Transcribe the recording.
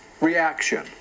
reaction